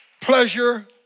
pleasure